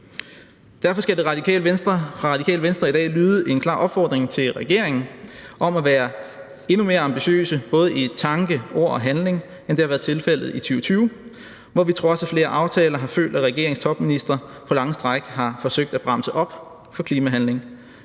Derfor skal der fra Radikale Venstre i dag lyde en klar opfordring til regeringen om at være endnu mere ambitiøs både i tanke, ord og handling, end det har været tilfældet i 2020, hvor vi på trods af flere aftaler har følt, at regeringens topministre på lange stræk har forsøgt at bremse op for klimahandling.